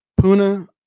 Puna